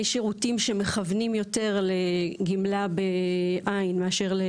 שירותים שמכוונים יותר לגמלה בעין מאשר,